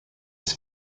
his